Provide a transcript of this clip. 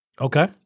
Okay